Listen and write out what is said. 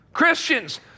Christians